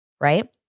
right